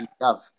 love